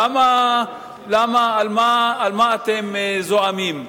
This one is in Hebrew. למה, על מה אתם זועמים?